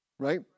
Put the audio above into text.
right